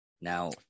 Now